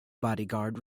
bodyguard